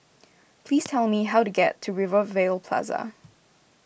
please tell me how to get to Rivervale Plaza